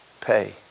pay